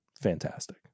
fantastic